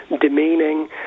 demeaning